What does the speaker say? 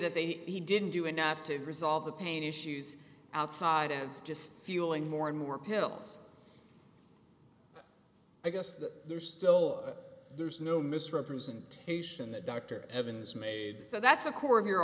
that they he didn't do enough to resolve the pain issues outside of just fueling more and more pills i guess that they're still there's no misrepresentation that dr evans made so that's a core of your